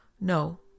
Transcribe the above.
No